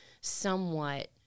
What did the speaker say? somewhat